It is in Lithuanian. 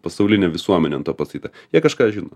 pasaulinė visuomenė ant to pastatyta jie kažką žino